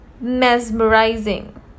Mesmerizing